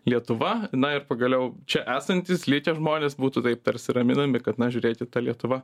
lietuva na ir pagaliau čia esantys likę žmonės būtų taip tarsi raminami kad na žiūrėkit ta lietuva